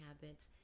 habits